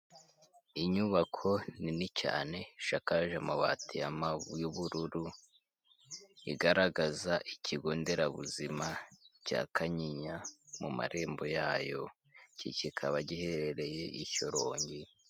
Inyubako nini cyane ishakaje amabatibu y'ubururu igaragaza ikigo nderabuzima cya kanyinya mu marembo yayo iki kikaba giherereye i shyorongi.